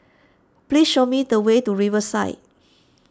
please show me the way to Riverside